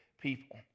people